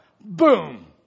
boom